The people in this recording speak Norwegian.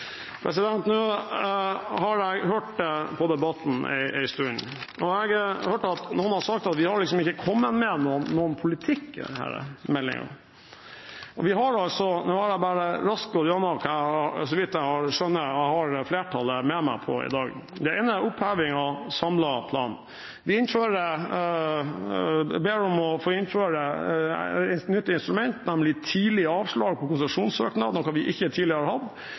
har hørt på debatten en stund. Jeg hørte noen si at vi liksom ikke har kommet med noen politikk i denne meldingen. Jeg har lyst til å gå gjennom hva jeg skjønner jeg har flertallet med meg på i dag. Det ene er oppheving av Samlet plan. Vi ber om å få innføre et nytt instrument, nemlig tidlig avslag på konsesjonssøknader, noe vi ikke har hatt